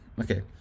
Okay